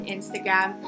Instagram